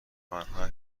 آنها